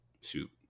shoot